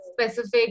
Specific